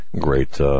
great